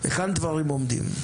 היכן דברים עומדים?